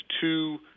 two